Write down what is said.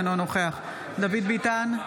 אינו נוכח דוד ביטן,